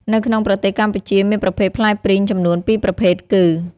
នៅក្នុងប្រទេសកម្ពុជាមានប្រភេទផ្លែព្រីងចំនួន ពីរប្រភេទ គឺ